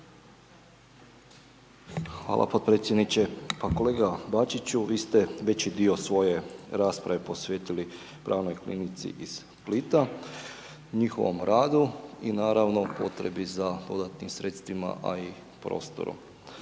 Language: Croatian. Hvala podpredsjedniče, pa kolega Bačiću vi ste veći dio svoje rasprave posvetili pravnoj klinici iz Splita, njihovom radu i naravno potrebi za dodatnim sredstvima, a i prostorom.